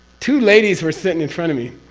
two ladies were sitting in front of me,